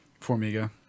Formiga